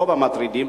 רוב המטרידים,